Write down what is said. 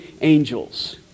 angels